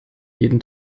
jeden